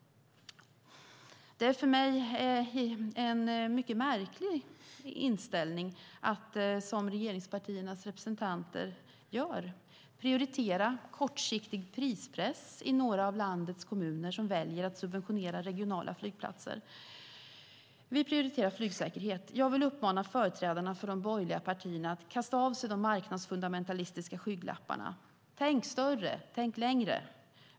Det är för mig en mycket märklig inställning att, som regeringspartiernas representanter gör, prioritera kortsiktig prispress i några av landets kommuner som väljer att subventionera regionala flygplatser. Vi prioriterar flygsäkerhet. Jag vill uppmana företrädarna för de borgerliga partierna att kasta av sig de marknadsfundamentalistiska skygglapparna. Tänk större, tänk längre!